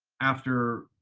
after,